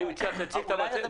אני מציע שתציג את המצגת.